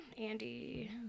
andy